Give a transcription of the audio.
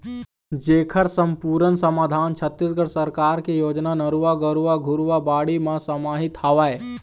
जेखर समपुरन समाधान छत्तीसगढ़ सरकार के योजना नरूवा, गरूवा, घुरूवा, बाड़ी म समाहित हवय